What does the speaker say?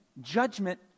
Judgment